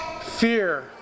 Fear